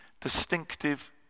distinctive